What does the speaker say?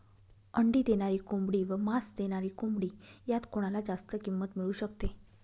अंडी देणारी कोंबडी व मांस देणारी कोंबडी यात कोणाला जास्त किंमत मिळू शकते?